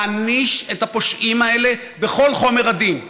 להעניש את הפושעים האלה בכל חומר הדין,